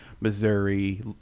Missouri